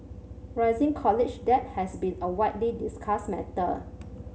rising college debt has been a widely discussed matter